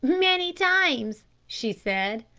many times, she said.